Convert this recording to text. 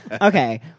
Okay